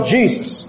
Jesus